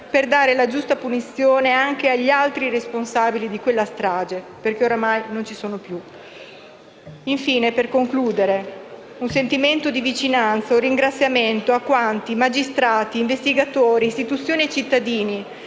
per dare la giusta punizione agli altri responsabili di quella strage, perché oramai non ci sono più. Infine, vorrei esprimere un sentimento di vicinanza e un ringraziamento a quanti, magistrati, investigatori, istituzioni e cittadini,